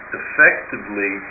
effectively